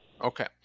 Okay